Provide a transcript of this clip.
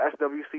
SWC